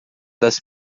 das